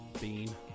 bean